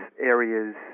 areas